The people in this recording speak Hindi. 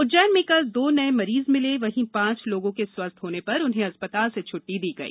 उज्जैन में कल दो नये मरीज मिले वहीं पांच लोगों के स्वस्थ होने पर उन्हें अस्पताल से छुट्टी दी गई